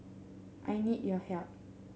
I need your help